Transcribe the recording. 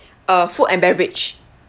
uh food and beverage